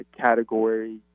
category